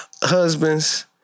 husbands